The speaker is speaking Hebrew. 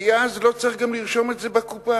כי אז לא צריך גם לרשום זאת בקופה.